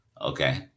Okay